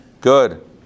Good